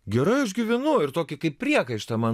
gerai aš gyvenu ir tokį kaip priekaištą man